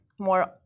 more